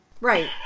Right